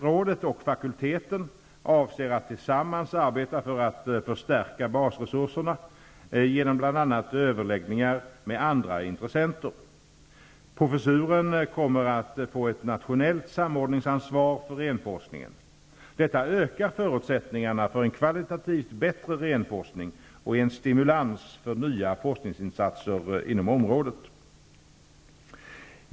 Rådet och fakulteten avser att tillsammans arbeta för att förstärka basresurserna genom bl.a. överläggningar med andra intressenter. Professuren kommer att få ett nationellt samordningsansvar för renforskningen. Detta ökar förutsättningarna för en kvalitativt bättre renforskning och är en stimulans för nya forskningsinsatser inom området.